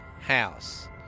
House